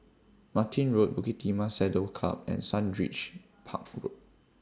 Martin Road Bukit Timah Saddle Club and Sundridge Park Road